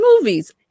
movies